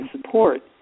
support